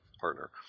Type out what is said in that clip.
partner